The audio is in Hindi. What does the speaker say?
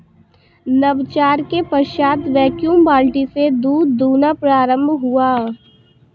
नवाचार के पश्चात वैक्यूम बाल्टी से दूध दुहना प्रारंभ हुआ